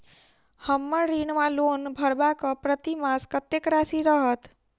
हम्मर ऋण वा लोन भरबाक प्रतिमास कत्तेक राशि रहत?